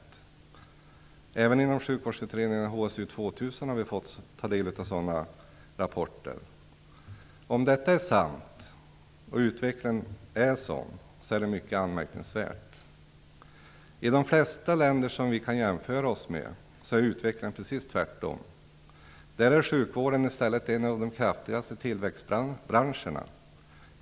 Vi har även inom sjukvårdsutredningen HSU 2000 fått ta del av sådana rapporter. Om det är sant att utvecklingen är sådan, är det mycket anmärkningsvärt. I de flesta länder som vi kan jämföra oss med är utvecklingen precis den motsatta. Där är sjukvården i stället en av de kraftigaste tillväxtbranscherna.